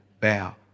bow